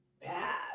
bad